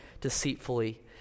deceitfully